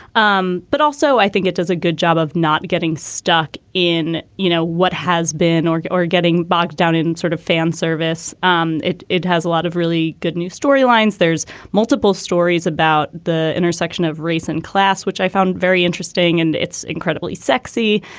um but also i think it does a good job of not getting stuck in. you know, what has been or or getting bogged down in sort of fanservice. um it it has a lot of really good new storylines. there's multiple stories about the intersection of race and class, which i found very interesting and it's incredibly sexy.